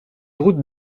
route